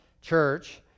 church